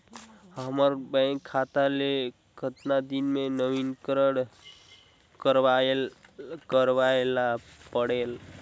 हमर बैंक खाता ले कतना दिन मे नवीनीकरण करवाय ला परेल?